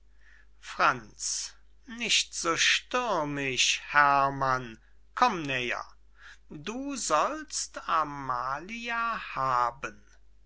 franz nicht so stürmisch herrmann komm näher du sollst amalia haben